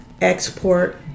export